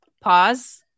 pause